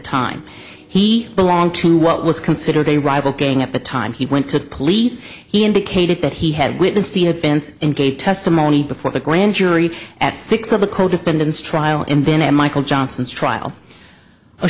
time he belonged to what was considered a rival gang at the time he went to police he indicated that he had witnessed the event and gave testimony before the grand jury at six of the co defendants trial and then m ichael johnson's trial a